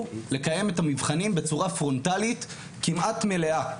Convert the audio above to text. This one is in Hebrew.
לקיים את המבחנים בצורה פרונטלית כמעט מלאה.